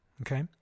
okay